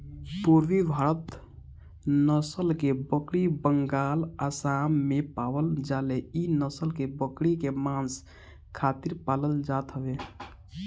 पुरबी भारत नसल के बकरी बंगाल, आसाम में पावल जाले इ नसल के बकरी के मांस खातिर पालल जात हवे